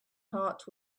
heart